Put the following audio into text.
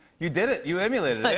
you did it. you emulated